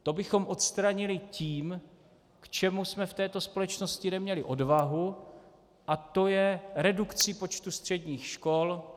To bychom odstranili tím, k čemu jsme v této společnosti neměli odvahu, a to je redukcí počtu středních škol.